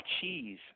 cheese